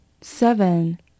Seven